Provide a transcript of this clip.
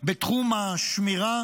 בתחום השמירה